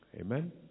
Amen